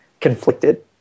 conflicted